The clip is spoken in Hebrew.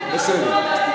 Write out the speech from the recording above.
בסדר.